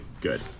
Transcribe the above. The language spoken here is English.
Good